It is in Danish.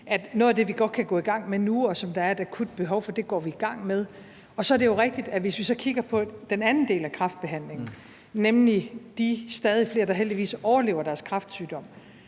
noget af det, vi godt kan gå i gang med nu, og som der er et akut behov for, går vi i gang med. Så er det jo rigtigt, at hvis vi så kigger på den anden del af kræftbehandlingen, nemlig de stadig flere, der heldigvis overlever deres kræftsygdom,